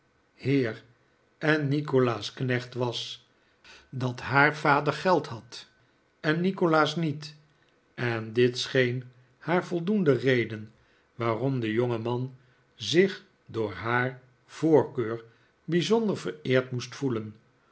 heer en nikolaas knecht was dat haar vader geld had en nikolaas niet en dit scheen haar voldoende reden waarom de jongeman zich door haar voorkeur bijzonder vereerd moest voelen